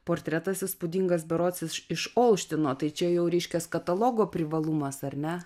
portretas įspūdingas berods iš olštyno tai čia jau reiškias katalogo privalumas ar ne